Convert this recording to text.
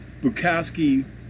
Bukowski